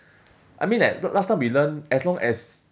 I mean like last time we learn as long as